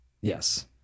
Yes